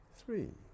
three